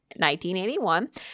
1981